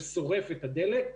ששורף את הדלק.